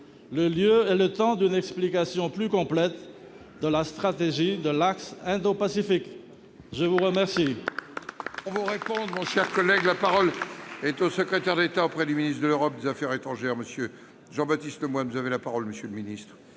le lieu et le temps d'une explication plus complète de la stratégie de l'axe indopacifique ? La parole